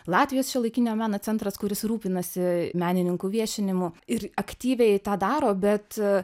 latvijos šiuolaikinio meno centras kuris rūpinasi menininkų viešinimu ir aktyviai tą daro bet